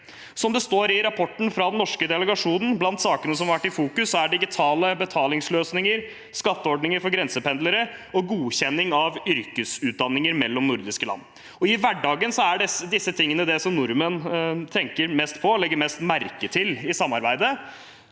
Som det står i rapporten fra den norske delegasjonen: Blant sakene som har vært i fokus, er digitale betalingsløsninger, skatteordninger for grensependlere og godkjenning av yrkesutdanninger mellom nordiske land. I hverdagen er disse tingene det nordmenn tenker mest på og legger mest merke til i samarbeidet,